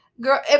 Girl